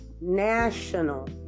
national